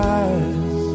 eyes